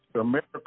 America